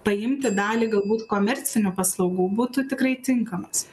paimti dalį galbūt komercinių paslaugų būtų tikrai tinkamas